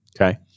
Okay